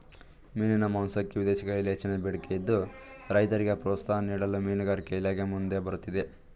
ಮೀನಿನ ಮಾಂಸಕ್ಕೆ ವಿದೇಶಗಳಲ್ಲಿ ಹೆಚ್ಚಿನ ಬೇಡಿಕೆ ಇದ್ದು, ರೈತರಿಗೆ ಪ್ರೋತ್ಸಾಹ ನೀಡಲು ಮೀನುಗಾರಿಕೆ ಇಲಾಖೆ ಮುಂದೆ ಬರುತ್ತಿದೆ